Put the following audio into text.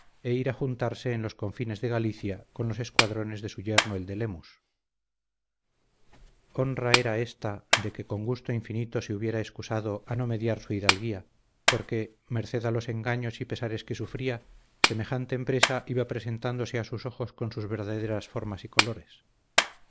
e ir a juntarse en los confines de galicia con los escuadrones de su yerno el de lemus honra era esta de que con gusto infinito se hubiera excusado a no mediar su hidalguía porque merced a los desengaños y pesares que sufría semejante empresa iba presentándose a sus ojos con sus verdaderas formas y colores